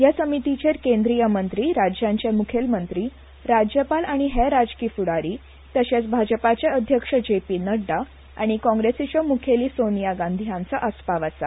हया समितीचेर केंद्रीय मंत्री राज्यांचे मुखेलमंत्री राज्यपाल आनी हेर राजकी फुडारी तशेच भाजपाचे अध्यक्ष जे पी नड्डा आनी कॉन्ग्रेसच्यो मुखेली सोनिया गांधी हाँचो आसपाव आसा